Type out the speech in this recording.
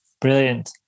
Brilliant